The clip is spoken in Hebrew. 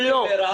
הם לא.